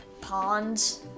ponds